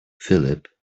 philip